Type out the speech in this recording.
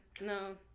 no